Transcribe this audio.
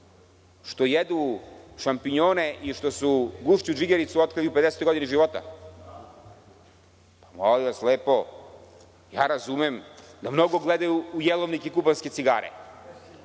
što jedu šampinjone i što su guščiju džigericu otkrili u pedesetoj godini života? Molim vas, ja razumem da mnogo gledaju u jelovnik i kubanske cigare